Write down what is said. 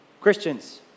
Christians